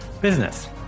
business